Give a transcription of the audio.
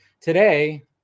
today